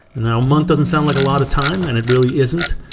and month doesn't sound like a lot of time and it really isn't,